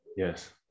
Yes